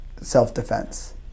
self-defense